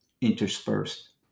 interspersed